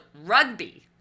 rugby